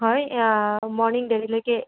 হয় মৰ্নিং দেৰিলৈকে